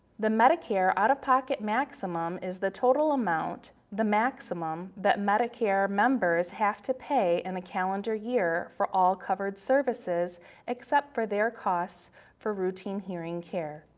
the medicare out-of-pocket maximum is the total amount, the maximum, that medicare members have to pay in a calendar year for all covered services except for their costs for routine hearing care.